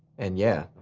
and yeah.